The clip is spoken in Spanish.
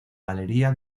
galería